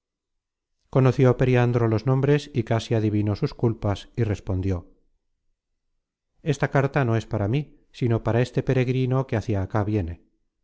conoció periandro los nombres y casi adivinó sus culpas y respondió esta carta no es para mí sino para este peregrino que hácia acá viene